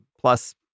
Plus